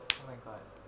oh my god